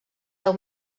deu